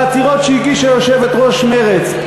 בעתירות שהגישה יושבת-ראש מרצ,